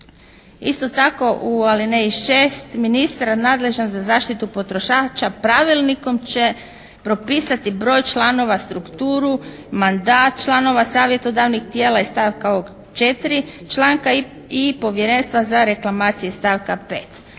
Isto tako, u alineji šest ministar nadležan za zaštitu potrošača pravilnikom će propisati broj članova, strukturu, mandat članova savjetodavnih tijela iz stavka 4. ovog članka i povjerenstva za reklamacije iz stavka 5.